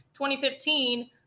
2015